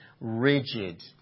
rigid